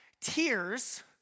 tears